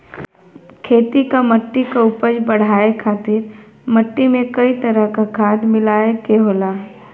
खेती क मट्टी क उपज बढ़ाये खातिर मट्टी में कई तरह क खाद मिलाये के होला